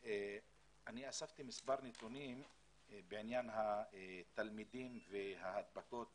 אני אספתי מספר נתונים בעניין התלמידים וההדבקות